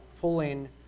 pulling